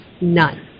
None